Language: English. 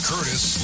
Curtis